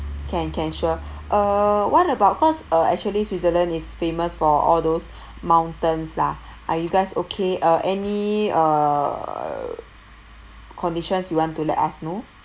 can can sure uh what about cause uh actually switzerland is famous for all those mountains lah are you guys okay uh any uh conditions you want to let us know